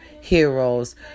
heroes